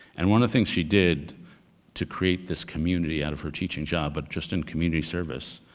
and one of the things she did to create this community out of her teaching job, but just in community service,